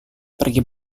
pergi